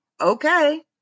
Okay